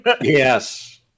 Yes